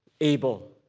able